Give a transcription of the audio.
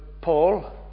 Paul